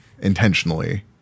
intentionally